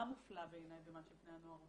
מה מופלא בעיניי במה שבני הנוער עושים,